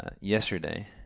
yesterday